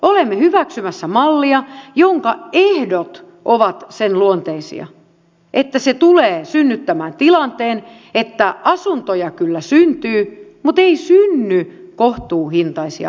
olemme hyväksymässä mallia jonka ehdot ovat sen luonteisia että se tulee synnyttämään tilanteen että asuntoja kyllä syntyy mutta ei synny kohtuuhintaisia asuntoja